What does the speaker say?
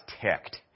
ticked